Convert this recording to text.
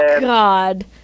God